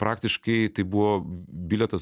praktiškai tai buvo bilietas